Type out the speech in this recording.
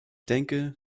denke